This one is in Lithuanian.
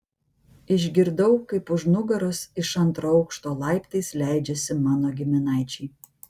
išgirdau kaip už nugaros iš antro aukšto laiptais leidžiasi mano giminaičiai